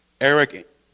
Eric